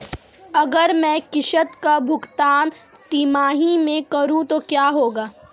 अगर मैं किश्त का भुगतान तिमाही में करूं तो क्या होगा?